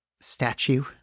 statue